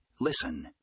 Listen